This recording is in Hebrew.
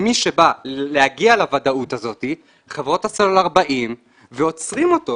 דרך אגב גם בחברות הסלולר עצמן,